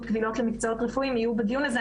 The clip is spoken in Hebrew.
קבילות למקצועות רפואיים יהיו בדיון הזה.